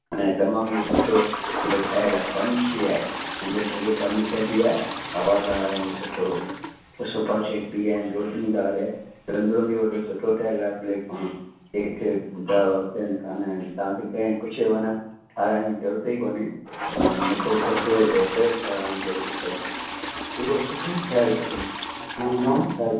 ऐं तमामु इहो सुठो इहो ठहियलु आहे फ़र्निश ई आहे पंहिंजो सॼो फ़र्नीचर बि आहे हवादारु ऐं सुठो त सोफ़ा सैट बि आहिनि रोशनीदारु आहे रंधिणो बि वॾो सुठो ठहियलु आहे प्लेटफ़ॉर्म हेठि ड्रॉवर्स आहिनि ख़ाना आहिनि तव्हांखे कंहिं कुझु बि न ठाराहिण जी ज़रूरत ई कोन्हे ऐं न को किथे रिपेयरिंग कराइण जी ज़रूरत अथव पूरो सुठो ई ठहियलु अथव पूरो नओं ठहियलु